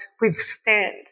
withstand